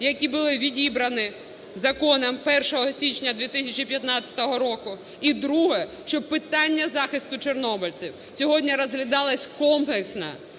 які були відібрані законом 1 січня 2015 року. І друге, щоб питання захисту чорнобильців сьогодні розглядалося комплексно,